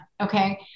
Okay